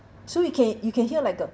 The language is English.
so you can you can hear like a